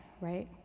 right